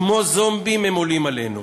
כמו זומבים הם עולים עלינו.